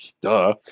duh